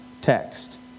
text